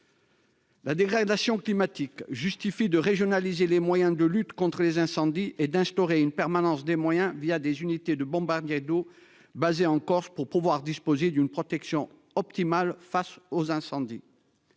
La dégradation climatique justifie de régionaliser les moyens de lutte contre les incendies et d'instaurer une permanence des moyens via des unités de bombardiers d'eau basés en Corse pour pouvoir disposer d'une protection optimale face aux incendies.